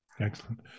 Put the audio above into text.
Excellent